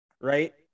right